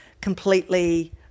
completely